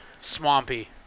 swampy